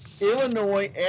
Illinois